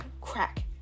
Crack